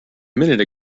minute